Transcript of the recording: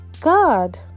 god